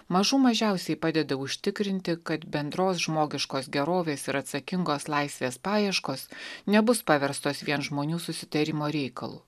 mažų mažiausiai padeda užtikrinti kad bendros žmogiškos gerovės ir atsakingos laisvės paieškos nebus paverstos vien žmonių susitarimo reikalu